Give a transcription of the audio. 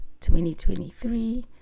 2023